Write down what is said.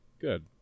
Good